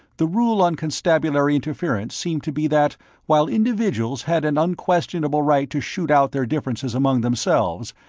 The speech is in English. the rule on constabulary interference seemed to be that while individuals had an unquestionable right to shoot out their differences among themselves,